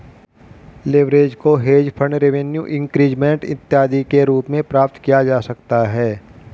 leverage को hedge fund revenue increment इत्यादि के रूप में प्राप्त किया जा सकता है